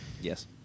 Yes